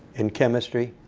in chemistry.